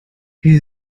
wir